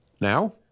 Now